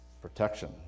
Protection